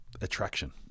attraction